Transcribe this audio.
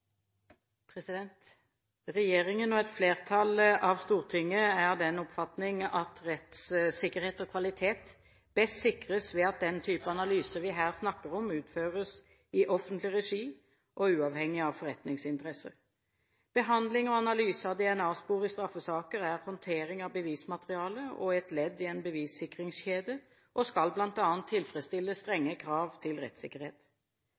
Regjeringen og et flertall i Stortinget er av den oppfatning at rettssikkerhet og kvalitet best sikres ved at den type analyser vi her snakker om, utføres i offentlig regi og uavhengig av forretningsinteresser. Behandling og analyse av DNA-spor i straffesaker er håndtering av bevismateriale og et ledd i en bevissikringskjede og skal bl.a. tilfredsstille strenge krav til rettssikkerhet.